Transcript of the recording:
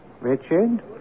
Richard